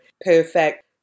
Perfect